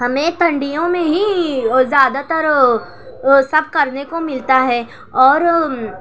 ہمیں ٹھنڈیوں میں ہی زیادہ تر سب کرنے کو ملتا ہے اور